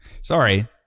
Sorry